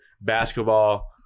basketball